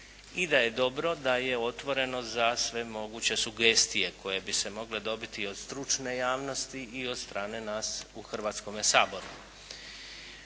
i da je dobro da je otvoreno za sve moguće sugestije koje bi se mogle dobiti od stručne javnosti i od strane nas u Hrvatskome saboru.